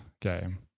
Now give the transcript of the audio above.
game